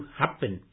happen